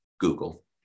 Google